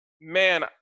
man